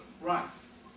rights